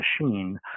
machine